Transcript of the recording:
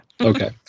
Okay